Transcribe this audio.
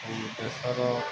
ଓ ଦେଶର